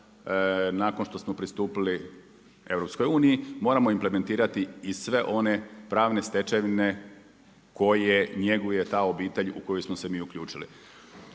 nakon što smo pristupili EU, moramo implementirati i sve one pravne stečevine koje njeguje ta obitelj u koju smo se mi uključili.